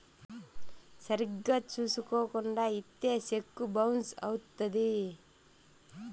సరిగ్గా చూసుకోకుండా ఇత్తే సెక్కు బౌన్స్ అవుత్తది